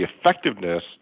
effectiveness